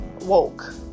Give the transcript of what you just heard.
woke